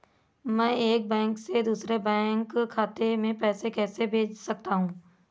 मैं एक बैंक से दूसरे बैंक खाते में पैसे कैसे भेज सकता हूँ?